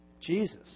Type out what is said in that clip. Jesus